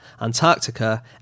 Antarctica